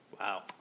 Wow